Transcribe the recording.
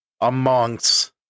amongst